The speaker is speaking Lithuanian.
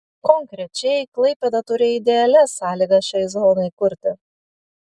konkrečiai klaipėda turi idealias sąlygas šiai zonai kurti